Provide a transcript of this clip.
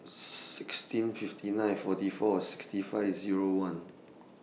sixteen fifty nine forty four sixty five Zero one